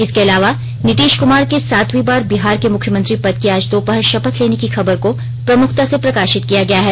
इसके अलावा नीतीश कुमार के सातवीं बार बिहार के मुख्यमंत्री पद की आज दोपहर शपथ लेने की खबर को प्रमुखता से प्रकाशित किया गया है